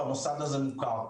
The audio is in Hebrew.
והמוסד הזה מוכר.